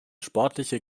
sportliche